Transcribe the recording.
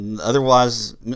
Otherwise